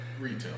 Retail